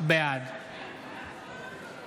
בעד